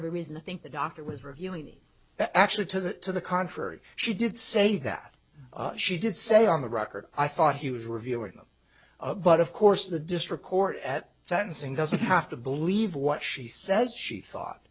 every reason to think the doctor was reviewing these actually to that to the contrary she did say that she did say on the record i thought he was reviewing them but of course the district court at sentencing doesn't have to believe what she says she thought